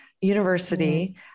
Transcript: University